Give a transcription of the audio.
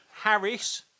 Harris